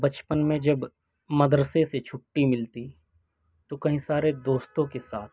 بچپن میں جب مدرسے سے چھٹّی ملتی تو کئی سارے دوستوں کے ساتھ